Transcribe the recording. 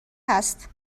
هست